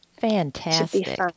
fantastic